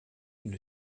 une